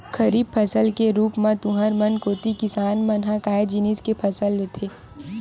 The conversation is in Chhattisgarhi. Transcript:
खरीफ फसल के रुप म तुँहर मन कोती किसान मन ह काय जिनिस के फसल लेथे?